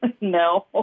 No